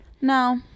No